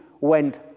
went